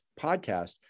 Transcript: podcast